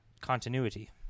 continuity